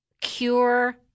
cure